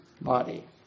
body